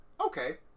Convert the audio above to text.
okay